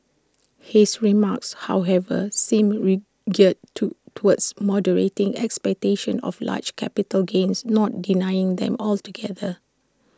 his remarks however seem geared to towards moderating expectations of large capital gains not denying them altogether